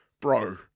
Bro